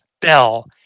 bell